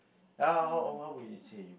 ah how how how would you say you